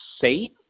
safe